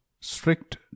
Strict